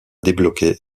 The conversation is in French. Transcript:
débloquer